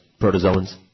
protozoans